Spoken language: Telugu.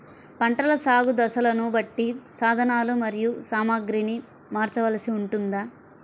పంటల సాగు దశలను బట్టి సాధనలు మరియు సామాగ్రిని మార్చవలసి ఉంటుందా?